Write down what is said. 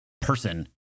person